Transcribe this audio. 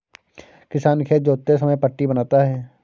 किसान खेत जोतते समय पट्टी बनाता है